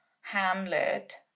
hamlet